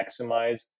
maximize